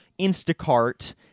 Instacart